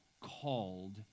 called